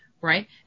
right